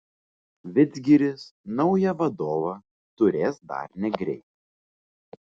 vidzgiris naują vadovą turės dar negreit